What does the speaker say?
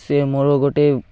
ସେ ମୋର ଗୋଟେ